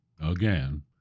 Again